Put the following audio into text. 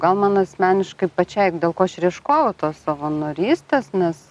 gal man asmeniškai pačiai dėl ko aš ir ieškojau tos savanorystės nes